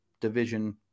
division